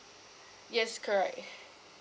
yes correct